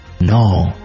No